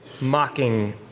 mocking